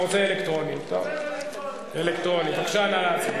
ההסתייגות הראשונה של חבר הכנסת שלמה מולה לסעיף